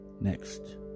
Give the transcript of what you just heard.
Next